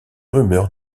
rumeurs